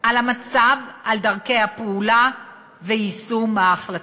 על המצב, על דרכי הפעולה ועל יישום ההחלטות.